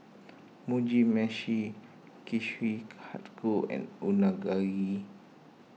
Mugi Meshi Kushikatsu and Unagi